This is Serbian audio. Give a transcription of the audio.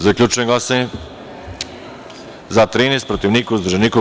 Zaključujem glasanje: za – 13, protiv - niko, uzdržanih – nema.